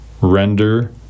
render